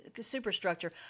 superstructure